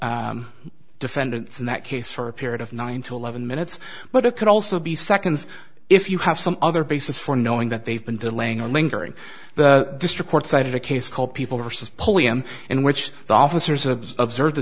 the defendants in that case for a period of nine to eleven minutes but it could also be seconds if you have some other basis for knowing that they've been delaying or lingering the district court cited a case called people versus pulliam in which the officers observed the